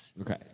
Okay